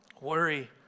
Worry